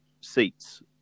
seats